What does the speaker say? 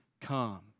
come